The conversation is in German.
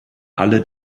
alle